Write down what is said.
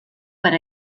per